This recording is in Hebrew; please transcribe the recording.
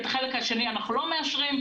את החלק השני אנחנו לא מאשרים,